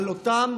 מול אותם,